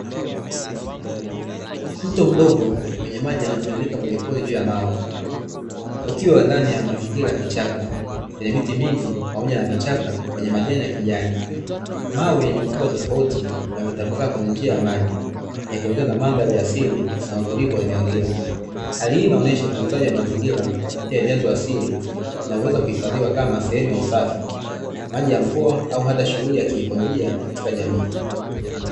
Mto mdogo wenye maji yanayotiririka polepole juu ya mawe ukiwa ndani ya mazingira ya kichaka chenye miti mingi pamoja na vichaka yenye majani ya kijani. Mawe yenye ukubwa tofauti yametapakaa kwenye njia ya maji yakiongeza mandhari ya asili na utulivu wa eneo hilo, hali hii inaonyesha utunzaji wa mazingira kupitia vyanzo asili vinavyoweza kuhifadhiwa kama sehemu ya usafi, maji ya mvua au hata shughuli ya kiikolojia katika jamii.